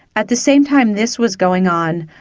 at the same time this was going on,